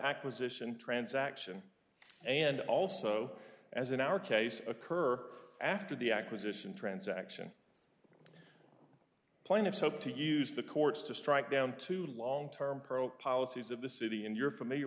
acquisition transaction and also as in our case occur after the acquisition transaction plaintiffs hope to use the courts to strike down to long term policies of the city and you're familiar